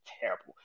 terrible